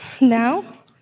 now